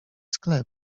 sklep